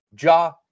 Ja